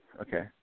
okay